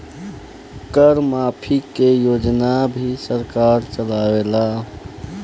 कर माफ़ी के योजना भी सरकार चलावेला